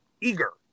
eager